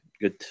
good